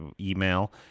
email